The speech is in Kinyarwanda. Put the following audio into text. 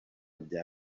bya